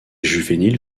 juvéniles